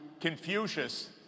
Confucius